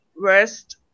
worst